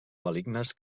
malignes